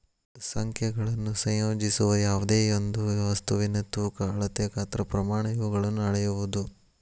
ಸಂಖ್ಯೆಗಳನ್ನು ಸಂಯೋಜಿಸುವ ಯಾವ್ದೆಯೊಂದು ವಸ್ತುವಿನ ತೂಕ ಅಳತೆ ಗಾತ್ರ ಪ್ರಮಾಣ ಇವುಗಳನ್ನು ಅಳೆಯುವುದು